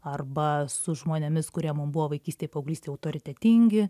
arba su žmonėmis kurie mum buvo vaikystėj paauglystėj autoritetingi